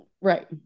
Right